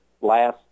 last